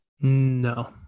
No